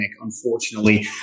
unfortunately